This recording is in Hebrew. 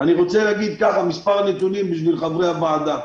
אני רוצה להגיד מספר נתונים בשביל חברי הוועדה.